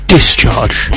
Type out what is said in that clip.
Discharge